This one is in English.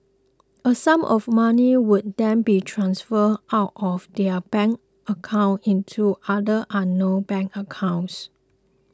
a sum of money would then be transferred out of their bank account into other unknown bank accounts